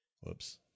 Whoops